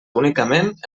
únicament